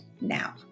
now